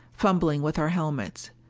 fumbling with our helmets.